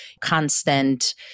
constant